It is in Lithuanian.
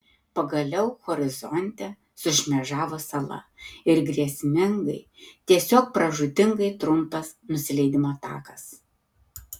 pagaliau horizonte sušmėžavo sala ir grėsmingai tiesiog pražūtingai trumpas nusileidimo takas